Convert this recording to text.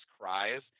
cries